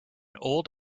old